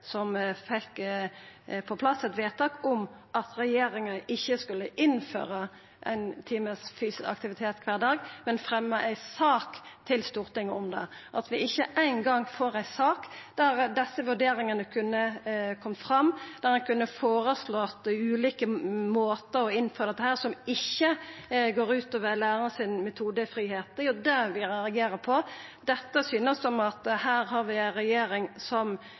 som fekk på plass eit vedtak om at regjeringa ikkje skulle innføra ein time med fysisk aktivitet kvar dag, men leggja fram ei sak for Stortinget om det. At vi ikkje eingong får ei sak der desse vurderingane kunne ha kome fram, der ein kunne ha føreslått ulike måtar å innføra dette på som ikkje går ut over metodefridomen til lærarane, er det vi reagerer på. Det synest som om vi har ei regjering som